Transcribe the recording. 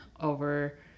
over